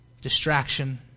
distraction